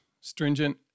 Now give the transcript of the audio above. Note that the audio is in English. stringent